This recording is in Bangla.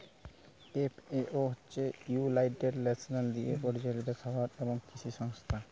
এফ.এ.ও হছে ইউলাইটেড লেশলস দিয়ে পরিচালিত খাবার এবং কিসি সংস্থা